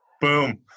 Boom